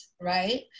right